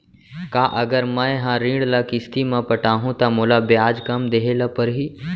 का अगर मैं हा ऋण ल किस्ती म पटाहूँ त मोला ब्याज कम देहे ल परही?